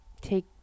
take